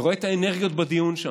ורואה את האנרגיות בדיון שם.